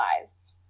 lives